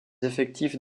effectifs